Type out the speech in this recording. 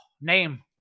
name